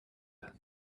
lip